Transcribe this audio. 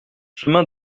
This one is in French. chemin